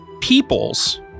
peoples